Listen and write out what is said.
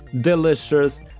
delicious